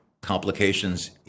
complications